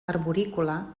arborícola